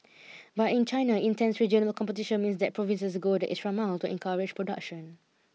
but in China intense regional competition means that provinces go the extra mile to encourage production